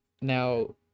now